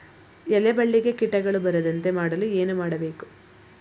ಎಲೆ ಬಳ್ಳಿಗೆ ಕೀಟಗಳು ಬರದಂತೆ ಮಾಡಲು ಏನು ಮಾಡಬೇಕು?